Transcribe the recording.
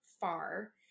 far